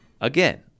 again